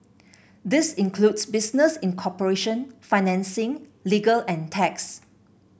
this includes business incorporation financing legal and tax